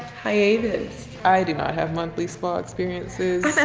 hiatus? i do not have monthly spa experiences. and